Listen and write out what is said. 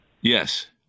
Yes